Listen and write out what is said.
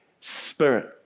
Spirit